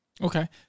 Okay